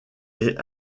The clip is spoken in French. est